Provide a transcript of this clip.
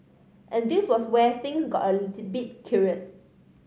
and this was where things got a little bit curious